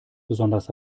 besonders